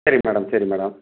சரி மேடம் சரி மேடம்